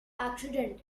accident